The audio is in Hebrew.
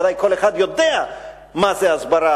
ודאי כל אחד יודע מה זה הסברה,